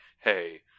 Hey